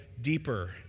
deeper